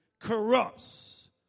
corrupts